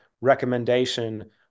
recommendation